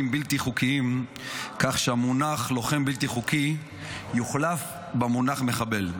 בלתי חוקיים כך שהמונח לוחם בלתי חוקי יוחלף במונח מחבל.